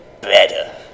better